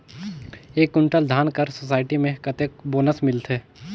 एक कुंटल धान कर सोसायटी मे कतेक बोनस मिलथे?